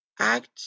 Act